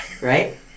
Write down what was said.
right